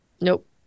Nope